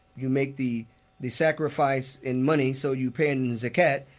you make the the sacrifice in money, so you pay in zakat.